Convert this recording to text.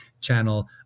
channel